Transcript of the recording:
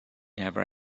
never